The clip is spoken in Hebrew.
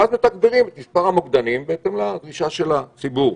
צריך לתגבר את מספר המוקדנים בהתאם לדרישה של הציבור.